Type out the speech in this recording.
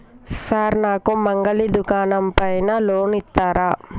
Sir నాకు మంగలి దుకాణం పైన లోన్ ఇత్తరా?